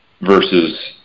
versus